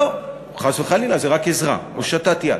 לא, חס וחלילה, זה רק עזרה, הושטת יד.